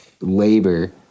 labor